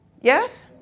Yes